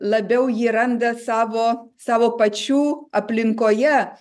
labiau jį randa savo savo pačių aplinkoje